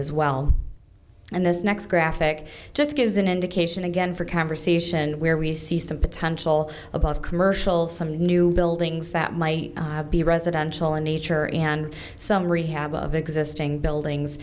as well and this next graphic just gives an indication again for conversation where we see some potential above commercial some new buildings that might be residential in nature and some rehab of existing buildings